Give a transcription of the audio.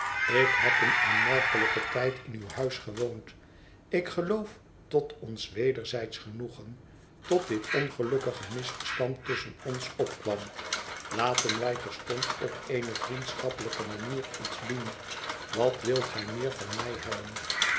ik heb een aanmerkelijken tijd in uw huis gewoond ik geloof tot ons wederzijdsch genoegen tot dit ongelukkige misverstand tusschen ons opkwam laten wij terstond op eene vriendschappelijke manier iets doen wat wilt gij meer van mij hebben